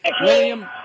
William